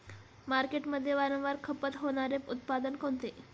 मार्केटमध्ये वारंवार खपत होणारे उत्पादन कोणते?